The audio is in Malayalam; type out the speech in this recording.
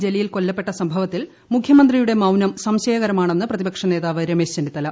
ജലീൽ കൊല്ലപ്പെട്ട സംഭവത്തിൽ മുഖ്യമന്ത്രിയുടെ മൌനം സംശയകരമാണെന്ന് പ്രതിപക്ഷ നേതാവ് രമേശ് ചെന്നിത്തല